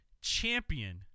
champion